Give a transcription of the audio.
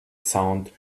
sound